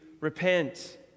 repent